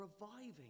reviving